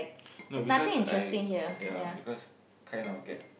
no because I ya because kind of get